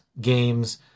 Games